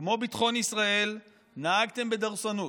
כמו ביטחון ישראל נהגתם בדורסנות.